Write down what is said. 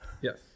Yes